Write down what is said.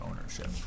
ownership